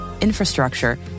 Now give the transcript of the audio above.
infrastructure